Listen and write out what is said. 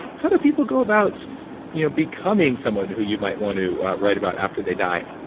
how do people go about you know becoming someone who you might want to write about after they die?